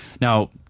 Now